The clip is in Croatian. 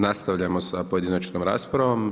Nastavljamo sa pojedinačnom raspravom.